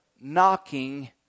knocking